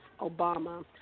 Obama